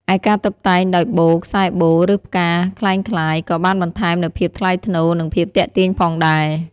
ឯការតុបតែងដោយបូ ខ្សែបូ ឬផ្កាក្លែងក្លាយ ក៏បានបន្ថែមនូវភាពថ្លៃថ្នូរ និងភាពទាក់ទាញផងដែរ។